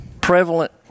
prevalent